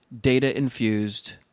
data-infused